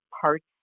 parts